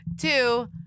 two